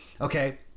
Okay